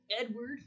Edward